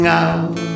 out